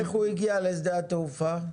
ואיך הוא הגיע לשדה התעופה?